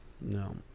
No